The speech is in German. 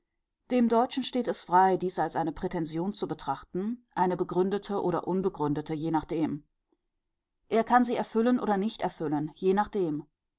dem deutschen steht es frei dies als eine prätension zu betrachten eine begründete oder unbegründete je nachdem er kann sie erfüllen oder nicht erfüllen je nachdem